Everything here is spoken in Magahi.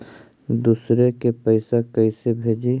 दुसरे के पैसा कैसे भेजी?